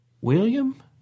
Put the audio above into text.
William